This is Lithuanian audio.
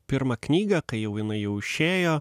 pirmą knygą kai jau jinai jau išėjo